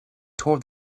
toward